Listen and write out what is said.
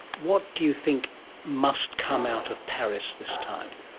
what do you think must come out of paris this time?